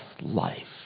life